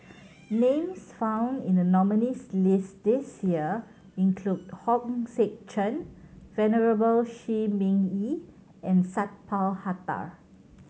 names found in the nominees' list this year include Hong Sek Chern Venerable Shi Ming Yi and Sat Pal Khattar